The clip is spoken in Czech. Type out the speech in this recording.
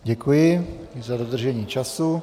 Děkuji i za dodržení času.